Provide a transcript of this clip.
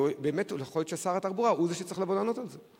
ובאמת יכול להיות ששר התחבורה צריך לבוא לענות על זה.